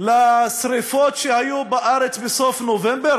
לשרפות שהיו בארץ בסוף נובמבר?